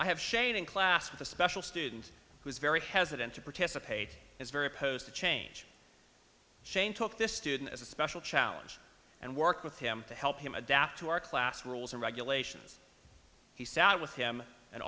i have shane in class with a special student who's very hesitant to participate is very opposed to change shane took this student as a special challenge and work with him to help him adapt to our class rules and regulations he sat with him and